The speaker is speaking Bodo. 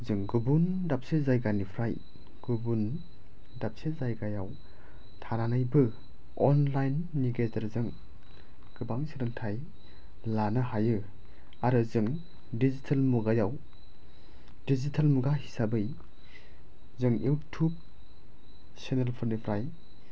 जों गुबुन दाबसे जायगानिफ्राय गुबुन दाबसे जायगायाव थानानैबो अनलाइननि गेजेरजों गोबां सोलोंथाइ लानो हायो आरो जों दिजिटेल मुगायाव दिजिटेल मुगा हिसाबै जों इउथुब सेनेलफोरनिफ्राय